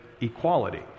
equality